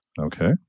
Okay